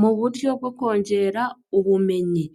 Mu buryo bwo kongera ubumenyi.